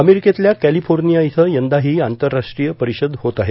अमेरिकेतल्या कॅलिफोर्निया इथं यंदाही आंतरराष्ट्रीय परिषद होत आहे